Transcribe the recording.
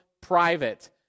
private